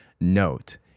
note